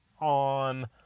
on